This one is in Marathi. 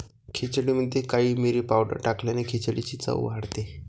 खिचडीमध्ये काळी मिरी पावडर टाकल्याने खिचडीची चव वाढते